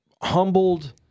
Humbled